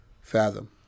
fathom